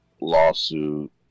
lawsuit